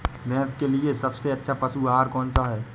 भैंस के लिए सबसे अच्छा पशु आहार कौन सा है?